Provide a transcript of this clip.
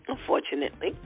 Unfortunately